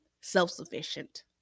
self-sufficient